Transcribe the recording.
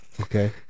Okay